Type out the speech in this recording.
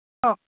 हो